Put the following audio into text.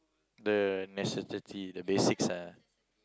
the necessity the basics ah